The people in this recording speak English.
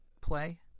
play